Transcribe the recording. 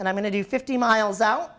and i'm going to do fifty miles out